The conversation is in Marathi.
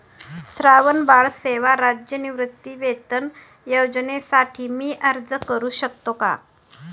श्रावणबाळ सेवा राज्य निवृत्तीवेतन योजनेसाठी मी अर्ज करू शकतो का?